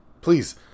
Please